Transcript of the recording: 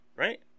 Right